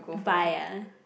buy ah